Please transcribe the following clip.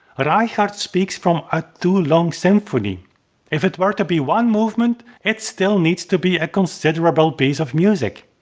reichardt speaks from a too long symphony if it were to be one movement, it still needs to be a considerable piece of music.